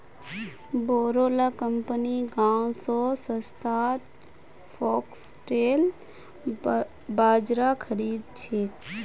बोरो ला कंपनि गांव स सस्तात फॉक्सटेल बाजरा खरीद छेक